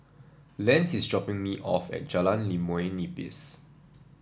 Lance is dropping me off at Jalan Limau Nipis